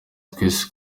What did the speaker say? twese